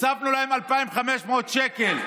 הוספנו להם 2,500 שקל.